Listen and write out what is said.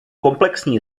komplexní